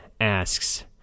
asks